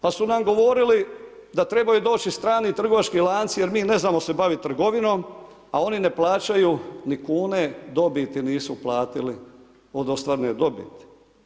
Pa su nam govorili da trebaju doći strani trgovački lanci jer mi ne znamo se baviti trgovinom, a oni ne plaćaju ni kune, dobiti nisu platiti od ostvarene dobiti.